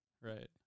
right